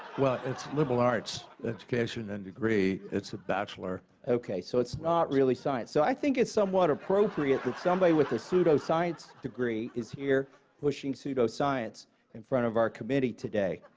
well, it's a liberal arts education and degree. it's a bachelor. okay, so it's not really science. so i think it's somewhat appropriate that somebody with a pseudoscience degree is here pushing pseudoscience in front of our committee today.